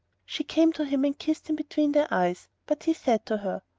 she came to him and kissed him between the eyes, but he said to her,